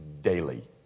daily